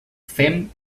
fem